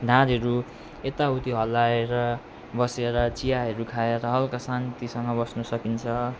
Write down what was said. ढाडहरू यताउती हल्लाएर बसेर चियाहरू खाएर हलका शान्तिसँग बस्नु सकिन्छ